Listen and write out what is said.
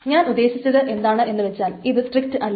ഞാൻ ഉദ്ദേശിച്ചത് എന്താണെന്നു വച്ചാൽ ഇത് സ്ട്രിക്റ്റ് അല്ല